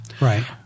Right